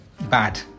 bad